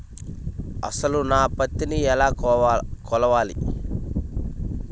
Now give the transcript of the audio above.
అసలు నా పత్తిని ఎలా కొలవాలి?